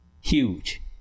huge